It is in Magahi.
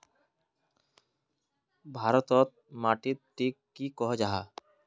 भारत तोत माटित टिक की कोहो जाहा?